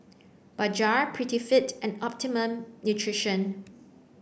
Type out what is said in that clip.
Bajaj Prettyfit and Optimum Nutrition